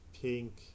pink